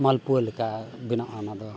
ᱢᱟᱞᱯᱩᱣᱟᱹ ᱞᱮᱠᱟ ᱵᱮᱱᱟᱜᱼᱟ ᱚᱱᱟ ᱫᱚ